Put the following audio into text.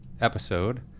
episode